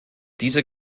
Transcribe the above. diese